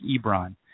Ebron